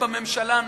בממשלה הנוכחית.